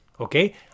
okay